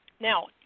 Now